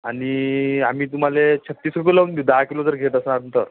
आणि आम्ही तुम्हाला छत्तीस रुपये लावून देऊ दहा किलो जर घेत असाल तर